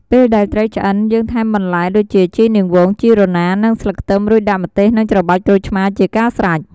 ពេលដែលត្រីឆ្អឹងយើងថែមបន្លែដូចជា ជីនាងវង ជីរណា និងស្លឹកខ្ទឹម រួចដាក់ម្ទេសនិងច្របាច់ក្រូចឆ្មាជាការស្រេច។